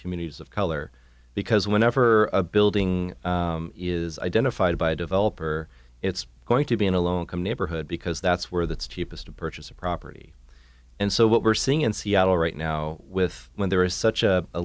communities of color because whenever a building is identified by a developer it's going to be in a low income neighborhood because that's where that's cheapest to purchase a property and so what we're seeing in seattle right now with when there is such a